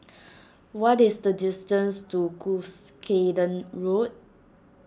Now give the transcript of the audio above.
what is the distance to Cuscaden Road